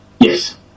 yes